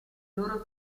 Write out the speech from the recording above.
loro